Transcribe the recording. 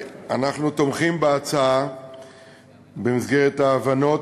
אנחנו תומכים בהצעה במסגרת ההבנות,